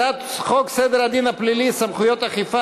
הצעת חוק סדר הדין הפלילי (סמכויות אכיפה,